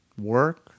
work